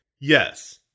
Yes